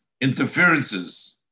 interferences